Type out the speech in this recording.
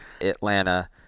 Atlanta